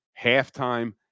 halftime